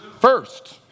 first